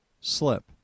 slip